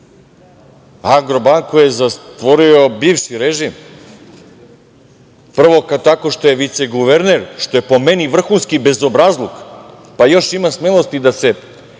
nju je zatvorio bivši režim, prvo tako što je viceguverner, što je po meni vrhunski bezobrazluk, pa još ima smelosti da se